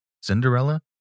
Cinderella